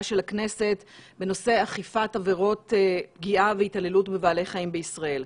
של הכנסת בנושא אכיפת עבירות פגיעה והתעללות בבעלי חיים בישראל.